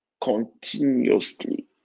continuously